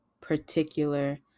particular